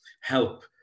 help